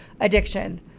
addiction